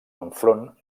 enfront